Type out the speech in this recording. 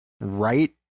right